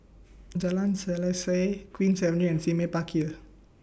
Jalan Selaseh Queen's Avenue and Sime Park Hill